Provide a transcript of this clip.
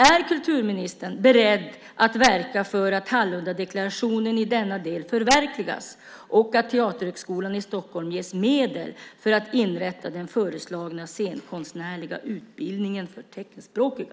Är kulturministern beredd att verka för att Hallundadeklarationen i denna del förverkligas och att Teaterhögskolan i Stockholm ges medel för att inrätta den föreslagna scenkonstnärliga utbildningen för teckenspråkiga?